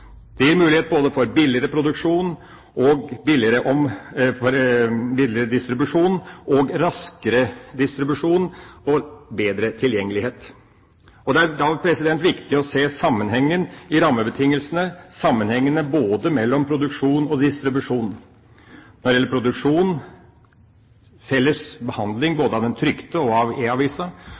Det gir mulighet både for billigere produksjon, billigere og raskere distribusjon og bedre tilgjengelighet. Da er det viktig å se sammenhengen i rammebetingelsene og sammenhengen mellom produksjon og distribusjon – når det gjelder produksjon: felles behandling både av den trykte avisen og